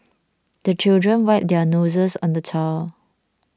the children wipe their noses on the towel